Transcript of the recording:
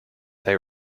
they